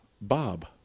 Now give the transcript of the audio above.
Bob